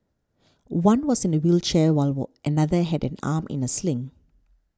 one was in a wheelchair while war another had an arm in a sling